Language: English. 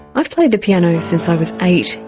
i've played the piano since i was eight.